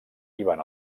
ivan